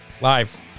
live